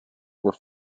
were